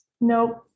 Nope